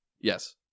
Yes